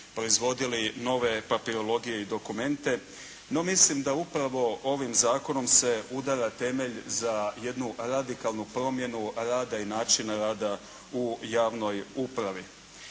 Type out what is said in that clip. proizvodili nove papirologije i dokumente, no mislim da upravo ovim zakonom se udara temelj za jednu radikalnu promjenu rada i načina rada u javnoj upravi.